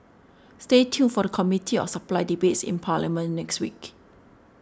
stay tuned for the Committee of Supply debates in parliament next week